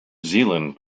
zealand